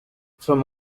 from